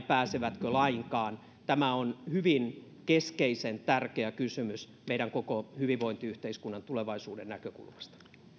pääsevätkö lainkaan tämä on hyvin keskeisen tärkeä kysymys koko hyvinvointiyhteiskuntamme tulevaisuuden näkökulmasta